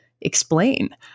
explain